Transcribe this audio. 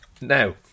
Now